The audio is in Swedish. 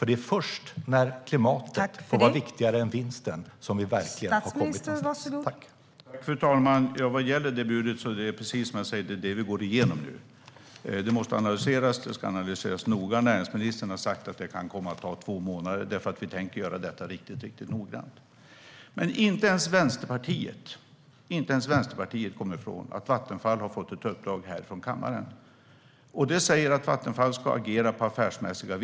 Det är först när klimatet får vara viktigare än vinsten som vi verkligen har kommit någonstans.